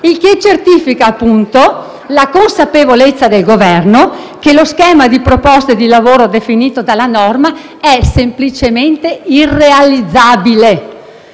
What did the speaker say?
il che certifica, appunto, la consapevolezza del Governo che lo schema di proposte di lavoro definito dalla norma è semplicemente irrealizzabile.